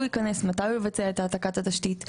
כניסתו לשטח ואת ביצוע העתקת התשתית.